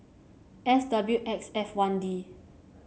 S W X F one D